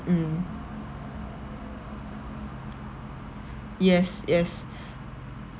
mm yes yes